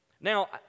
Now